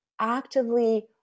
actively